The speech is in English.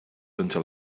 until